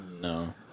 No